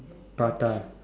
prata